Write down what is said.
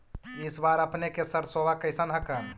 इस बार अपने के सरसोबा कैसन हकन?